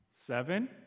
Seven